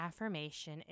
affirmation